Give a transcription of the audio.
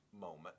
moment